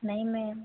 नहीं मैम